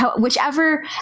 whichever